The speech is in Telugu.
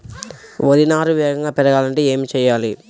వరి నారు వేగంగా పెరగాలంటే ఏమి చెయ్యాలి?